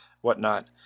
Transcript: whatnot